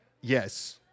Yes